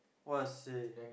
!wahseh!